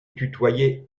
tutoyait